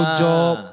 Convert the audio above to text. job